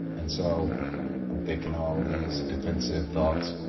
and so i'm thinking all these defensive thoughts.